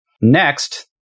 Next